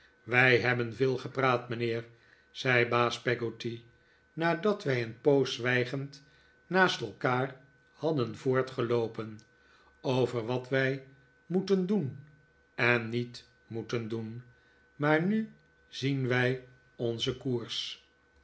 wij hebben veel gepraat mijnheer zei baas peggotty nadat wij een poos zwijgend naast elkaar hadden voortgeloopen over wat wij moeten doen en niet moeten doen maar nu zien wij onzen koers